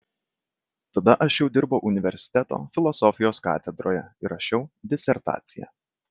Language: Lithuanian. tada aš jau dirbau universiteto filosofijos katedroje ir rašiau disertaciją